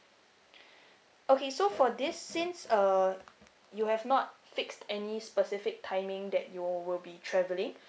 okay so for this since uh you have not fixed any specific timing that you will be travelling